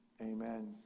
amen